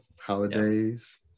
holidays